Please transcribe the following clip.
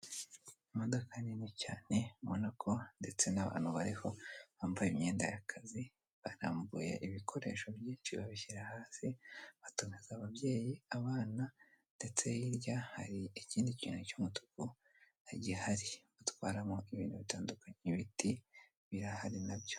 Imodoka nini cyane ubona ko ndetse n'abantu bariho bambaye imyenda y'akazi barambuye ibikoresho byinshi babishyira hasi batumiza ababyeyi, abana, ndetse hirya hari ikindi kintu cy'umutuku gihari batwaramo ibintu bitandukanye, ibiti birahari na byo.